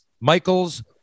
Michaels